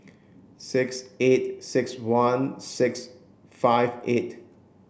six eight six one six five eight